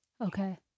Okay